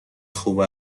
خوب